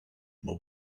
what